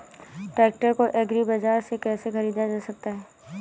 Tractor को agri बाजार से कैसे ख़रीदा जा सकता हैं?